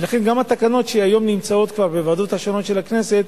ולכן גם התקנות שהיום נמצאות כבר בוועדות השונות של הכנסת,